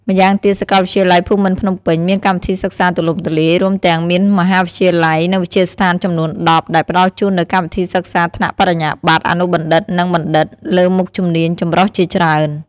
ម៉្យាងទៀតសាកលវិទ្យាល័យភូមិន្ទភ្នំពេញមានកម្មវិធីសិក្សាទូលំទូលាយ រួមទាំងមានមហាវិទ្យាល័យ និងវិទ្យាស្ថានចំនួន ១០ ដែលផ្តល់ជូននូវកម្មវិធីសិក្សាថ្នាក់បរិញ្ញាបត្រ អនុបណ្ឌិត និងបណ្ឌិត លើមុខជំនាញចម្រុះជាច្រើន។